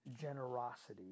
generosity